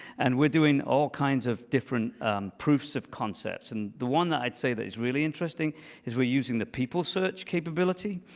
and we're doing all kinds of different proofs of concepts. and the one that i'd say that is really interesting is we're using the people search capability,